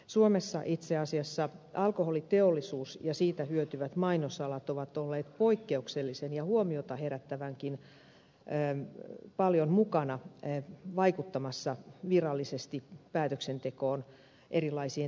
suomessa itse asiassa alkoholiteollisuus ja siitä hyötyvät mainosalat ovat olleet poikkeuksellisen ja huomiota herättävänkin paljon mukana vaikuttamassa virallisesti päätöksentekoon erilaisien työryhmien jäseninä